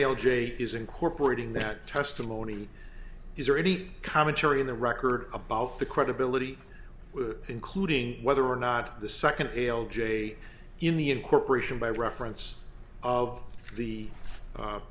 l j is incorporating that testimony is there any commentary in the record about the credibility including whether or not the second bail j in the incorporation by reference of the